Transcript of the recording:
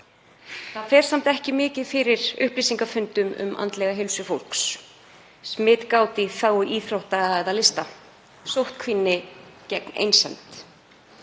Það fer samt ekki mikið fyrir upplýsingafundum um andlega heilsu fólks, smitgát í þágu íþrótta eða lista, sóttkvínni gegn einsemd.